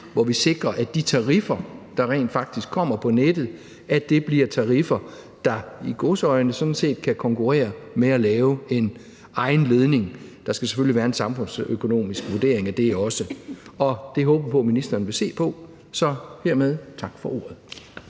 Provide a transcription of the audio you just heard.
hvor vi sikrer, at de tariffer, der rent faktisk kommer på nettet, bliver tariffer, der – i gåseøjne – sådan set kan konkurrere med det at lave en egen ledning. Der skal selvfølgelig være en samfundsøkonomisk vurdering af det også. Det håber vi på at ministeren vil se på. Så hermed tak for ordet.